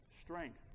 strength